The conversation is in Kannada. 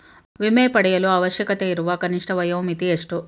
ವಿಮೆ ಪಡೆಯಲು ಅವಶ್ಯಕತೆಯಿರುವ ಕನಿಷ್ಠ ವಯೋಮಿತಿ ಎಷ್ಟು?